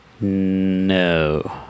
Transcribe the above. No